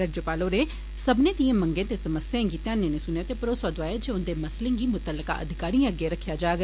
राज्यपाल होरें सब्बनें दिएं मंगें ते समस्याएं गी ध्यानै नै सुनेआ ते भरोसा दोआया जे उन्दे मामले गी मुत्तलका अधिकारिएं अग्गै रक्खेआ जाग